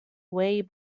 way